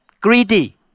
greedy